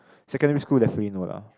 secondary school definitely no lah